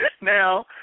Now